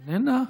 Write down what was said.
איננה?